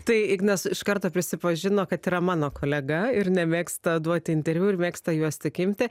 tai ignas iš karto prisipažino kad yra mano kolega ir nemėgsta duoti interviu ir mėgsta juos tik imti